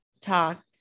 talked